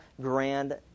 grand